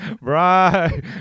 Right